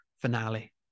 finale